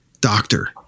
doctor